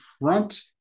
front